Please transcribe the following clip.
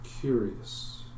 curious